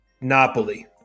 Napoli